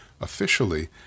Officially